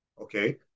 Okay